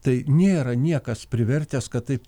tai nėra niekas privertęs kad taip